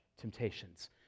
temptations